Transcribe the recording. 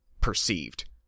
perceived